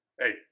hey